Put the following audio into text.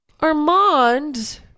Armand